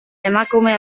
emakume